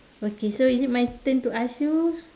okay so is it my turn to ask you